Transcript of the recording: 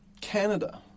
Canada